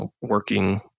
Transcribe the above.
working